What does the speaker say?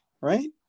right